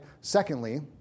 secondly